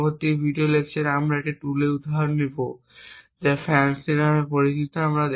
তাই পরবর্তী ভিডিও লেকচারে আমরা একটি টুলের একটি উদাহরণ নেব যা FANCI নামে পরিচিত